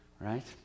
right